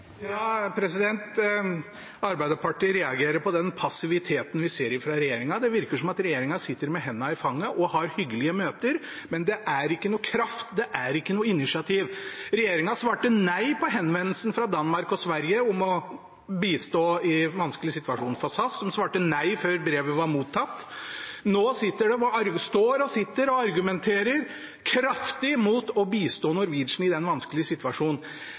Arbeiderpartiet reagerer på den passiviteten vi ser fra regjeringens side. Det virker som om regjeringen sitter med hendene i fanget og har hyggelige møter, men det er ikke noen kraft, det er ikke noe initiativ. Regjeringen svarte nei på henvendelsen fra Danmark og Sverige om å bistå i den vanskelige situasjonen for SAS. De svarte nei før brevet var mottatt. Nå står og sitter de og argumenterer kraftig mot å bistå Norwegian i den vanskelige